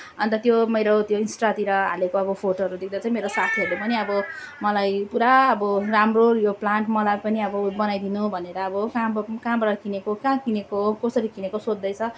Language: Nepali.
अन्त त्यो मेरो त्यो इन्स्टातिर हालेको अब फोटोहरू देख्दा चाहिँ मेरो साथीहरूले पनि अब मलाई पुरा अब राम्रो यो प्लान्ट मलाई पनि बनाइदिनु भनेर अब कहाँ ब अब कहाँबाट किनेको कहाँ किनेको हो कसरी किनेको सोध्दै छ